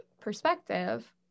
perspective